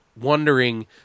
wondering